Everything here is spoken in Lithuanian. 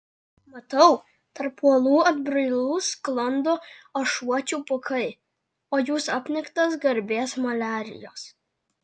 matau tarp uolų atbrailų sklando ašuočių pūkai o jūs apniktas garbės maliarijos